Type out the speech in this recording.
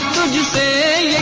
you say?